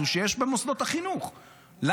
לא,